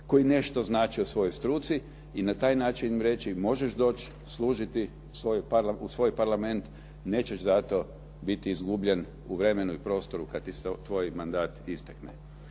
koji nešto znače u svojoj struci i na taj način im reći, možeš doći služiti u svoj parlament, nećeš zato biti izgubljen u vremenu i prostoru kada ti tvoj mandat istekne.